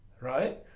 Right